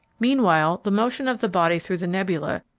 meanwhile the motion of the body through the nebula,